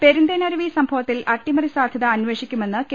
പെരുന്തേനരുവി സംഭവത്തിൽ അട്ടിമറി സാധ്യത അന്വേഷി ക്കുമെന്ന് കെ